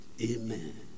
amen